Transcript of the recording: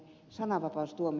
sananvapaus tuomi